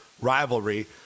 rivalry